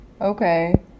Okay